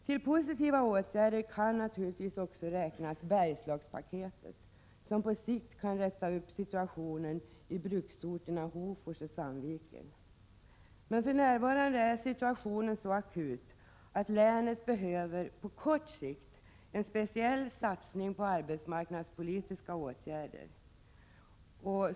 Till positiva åtgärder kan också räknas Bergslagspaketet, som på sikt kan reda upp situationen i bruksorterna Hofors och Sandviken. Men för närvarande är situationen så akut, att länet på kort sikt behöver en speciell satsning på arbetsmarknadspolitiska åtgärder.